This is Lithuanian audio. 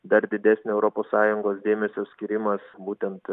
dar didesnio europos sąjungos dėmesio skyrimas būtent